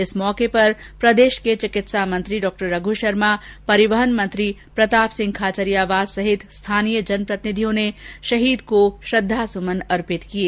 इस मौके पर प्रदेश के चिकित्सा मंत्री डॉ रघु शर्मा परिवहन मंत्री प्रताप सिंह खाचरियावास सहित स्थानीय जनप्रतिनिधियों ने शहीद को श्रद्धा सुमन अंर्पित किये